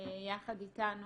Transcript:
יחד איתנו.